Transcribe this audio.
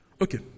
Okay